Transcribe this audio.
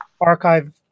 Archive